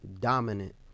dominant